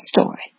Story